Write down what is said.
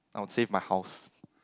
I would save my house